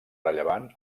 rellevant